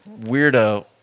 weirdo